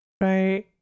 Right